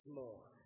more